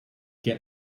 get